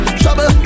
trouble